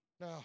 Now